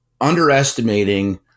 underestimating